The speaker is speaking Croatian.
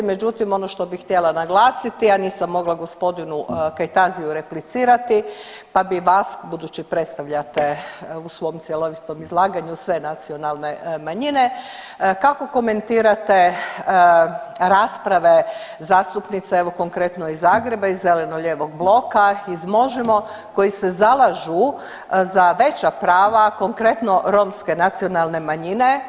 Međutim, ono što bi htjela naglasiti, a nisam mogla gospodinu Kajtaziju replicirati pa bi vas budući predstavljate u svom cjelovitom izlaganju sve nacionalne manjine, kako komentirate rasprave zastupnice evo konkretno iz Zagreba iz zeleno-lijevog bloka, iz Možemo koji se zalažu za veća prava konkretno romske nacionalne manjine.